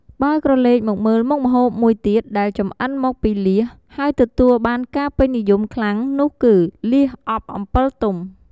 បើក្រឡេកមកមើលមុខម្ហូបមួយទៀតដែលចំអិនមកពីលៀសហើយទទួលបានការពេញនិយមខ្លាំងនោះគឺ លៀសអប់អំពិលទុំ។